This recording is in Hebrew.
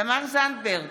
תמר זנדברג,